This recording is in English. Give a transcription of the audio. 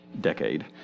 decade